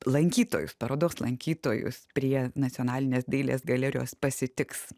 lankytojus parodos lankytojus prie nacionalinės dailės galerijos pasitiks